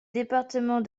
département